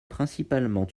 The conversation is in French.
principalement